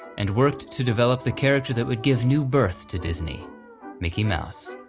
and worked to develop the character that would give new birth to disney mickey mouse.